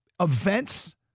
events